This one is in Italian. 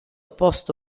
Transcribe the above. post